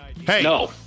Hey